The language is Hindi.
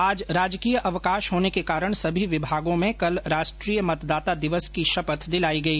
आज राजकीय अवकाश के कारण सभी विभागों में कल राष्ट्रीय मतदाता दिवस की शपथ दिलाई गई